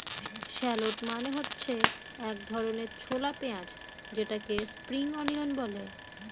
shallot মানে হচ্ছে এক ধরনের ছোলা পেঁয়াজ যেটাকে স্প্রিং অনিয়ন বলে